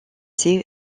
ces